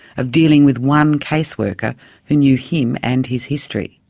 of dealing with one case worker who knew him and his history.